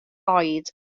oed